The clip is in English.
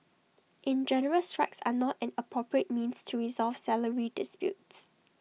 in general strikes are not an appropriate means to resolve salary disputes